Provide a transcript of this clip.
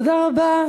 תודה רבה.